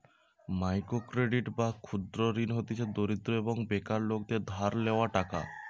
micro credit বা ক্ষুদ্র ঋণ হতিছে দরিদ্র এবং বেকার লোকদের ধার লেওয়া টাকা